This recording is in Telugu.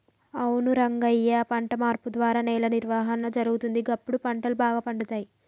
అవును రంగయ్య పంట మార్పు ద్వారా నేల నిర్వహణ జరుగుతుంది, గప్పుడు పంటలు బాగా పండుతాయి